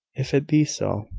if it be so,